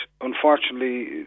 unfortunately